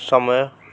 ସମୟ